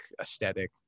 aesthetic